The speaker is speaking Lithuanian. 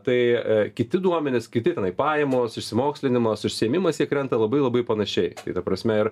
tai kiti duomenys kiti tenai pajamos išsimokslinimas užsiėmimas jie krenta labai labai panašiai ta prasme ir